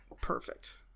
Perfect